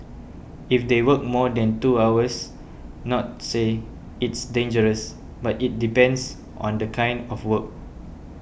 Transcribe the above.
if they work more than two hours not say it's dangerous but it depends on the kind of work